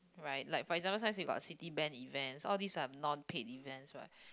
right like for example sometimes you have Citibank events all these are non paid events what